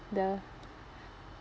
the